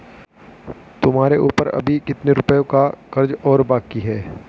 तुम्हारे ऊपर अभी कितने रुपयों का कर्ज और बाकी है?